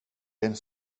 ens